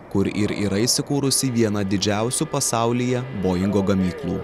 kur ir yra įsikūrusi viena didžiausių pasaulyje boingo gamyklų